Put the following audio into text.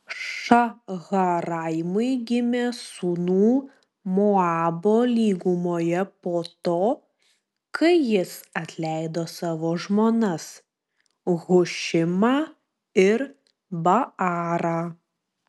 šaharaimui gimė sūnų moabo lygumoje po to kai jis atleido savo žmonas hušimą ir baarą